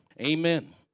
Amen